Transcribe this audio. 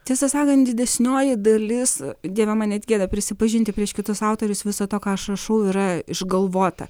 tiesą sakant didesnioji dalis dieve man net gėda prisipažinti prieš kitus autorius viso to ką aš rašau yra išgalvota